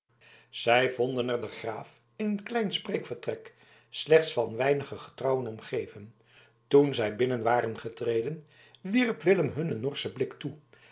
zij vonden er den graaf in een klein spreekvertrek slechts van weinige getrouwen omgeven toen zij binnen waren getreden wierp willem hun een norschen blik toe